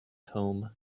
home